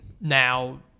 Now